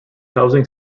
housing